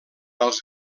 els